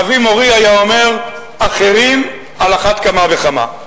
אבי מורי היה אומר: אחרים, על אחת כמה וכמה.